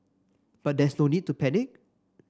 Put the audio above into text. but there is no need to panic